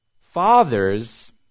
fathers